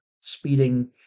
speeding